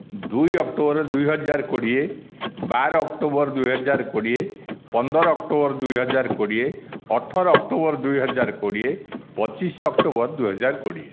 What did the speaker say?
ଦୁଇ ଅକ୍ଟୋବର ଦୁଇ ହଜାର କୋଡ଼ିଏ ବାର ଅକ୍ଟୋବର ଦୁଇ ହଜାର କୋଡ଼ିଏ ପନ୍ଦର ଅକ୍ଟୋବର ଦୁଇ ହଜାର କୋଡ଼ିଏ ଅଠର ଅକ୍ଟୋବର ଦୁଇ ହଜାର କୋଡ଼ିଏ ପଚିଶ ଅକ୍ଟୋବର ଦୁଇ ହଜାର କୋଡ଼ିଏ